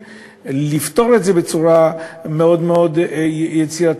לפתור את זה בצורה מאוד מאוד יצירתית.